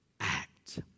act